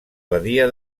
badia